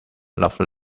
love